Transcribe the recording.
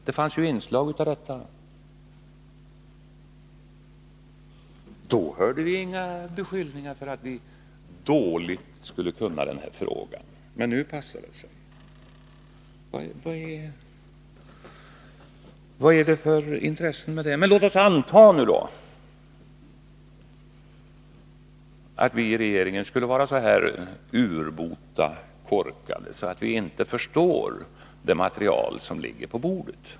Det fanns inslag av sådana omdömen. Då framfördes inga beskyllningar för att vi skulle kunna den här frågan dåligt. Men nu passar det att säga så. Låt oss, Olof Palme, anta att vi i regeringen är så urbota korkade att vi inte förstår det material som ligger på bordet.